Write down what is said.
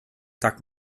tak